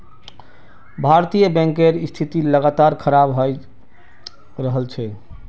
भारतीय बैंकेर स्थिति लगातार खराब हये रहल छे